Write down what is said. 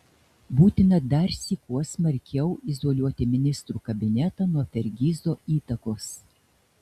būtina darsyk kuo smarkiau izoliuoti ministrų kabinetą nuo fergizo įtakos